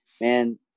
man